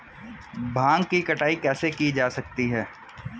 भांग की कटाई कैसे की जा सकती है?